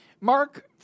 Mark